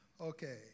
Okay